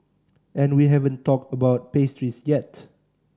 and we haven't talked about pastries yet